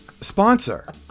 sponsor